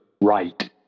right